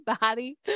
body